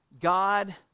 God